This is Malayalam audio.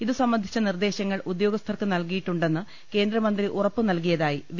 ഇതുസംബന്ധിച്ച നിർദ്ദേശങ്ങൾ ഉദ്യോഗ സ്ഥർക്കു നൽകിയിട്ടുണ്ടെന്ന് കേന്ദ്രമന്ത്രി ഉറപ്പ് നൽകിയതായി വി